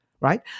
right